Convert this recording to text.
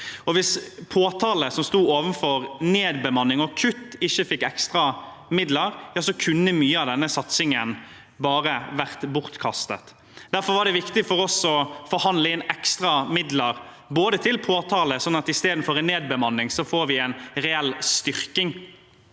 Hvis påtale, som sto overfor nedbemanning og kutt, ikke fikk ekstra midler, kunne mye av denne satsingen ha vært bortkastet. Derfor var det viktig for oss å forhandle inn ekstra midler til påtale, slik at vi istedenfor nedbemanning får en reell styrking.